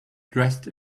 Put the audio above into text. dressed